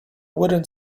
wooden